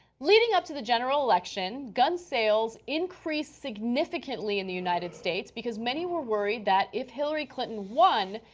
leading up to the general election, gun sales increased significantly in the united states because many were worried that if hillary clinton one,